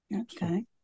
Okay